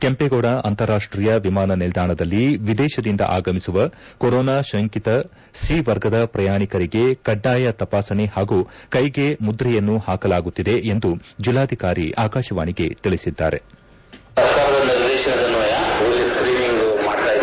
ಕೆಂಪೇಗೌಡ ಅಂತಾರಾಷ್ಷೀಯ ವಿಮಾನ ನಿಲ್ದಾಣದಲ್ಲಿ ವಿದೇಶದಿಂದ ಆಗಮಿಸುವ ಕೊರೋನಾ ಶಂಕಿತ ಸಿ ವರ್ಗದ ಪ್ರಯಾಣಿಕರಿಗೆ ಕಡ್ಡಾಯ ತಪಾಸಣೆ ಹಾಗೂ ಕೈಗೆ ಮುದ್ರೆಯನ್ನು ಹಾಕಲಾಗುತ್ತಿದೆ ಎಂದು ಜಲ್ಲಾಧಿಕಾರಿ ಆಕಾಶವಾಣಿಗೆ ತಿಳಿಸಿದ್ದಾರೆ ಧ್ವನಿ ಬೆಂಗಳೂರು ಗ್ರಾಂ